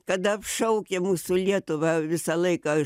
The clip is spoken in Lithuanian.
kada apšaukė mūsų lietuvą visą laiką